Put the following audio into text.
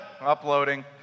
uploading